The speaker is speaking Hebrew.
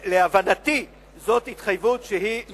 להבנתי, זאת התחייבות שהיא מחייבת.